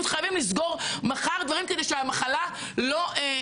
חייבים לסגור מחר דברים כדי שהמחלה תתפשט.